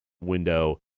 window